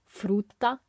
frutta